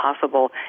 possible